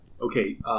Okay